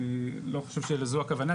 לא חושב שזו הכוונה,